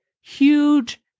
huge